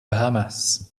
bahamas